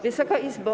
Wysoka Izbo!